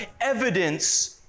evidence